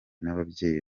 n’ababyeyi